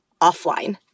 offline